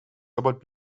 about